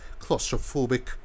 claustrophobic